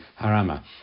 harama